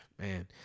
man